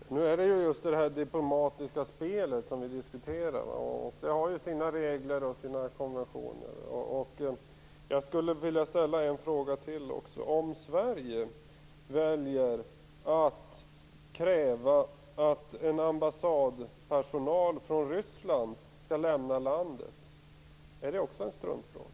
Fru talman! Det är just det diplomatiska spelet som vi diskuterar. Det har sina regler och konventioner. Jag vill ställa ytterligare en fråga. Om Sverige väljer att kräva att en ambassadtjänsteman från Ryssland skall lämna landet, är det också en struntfråga?